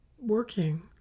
working